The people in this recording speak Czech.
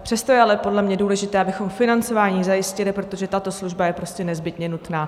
Přesto je ale podle mě důležité, abychom financování zajistili, protože tato služba je prostě nezbytně nutná.